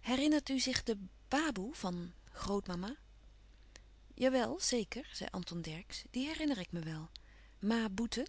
herinnert u zich de baboe van grootmama jawel zeker zei anton dercksz die herinner ik me wel louis couperus van oude menschen de dingen die voorbij gaan ma boeten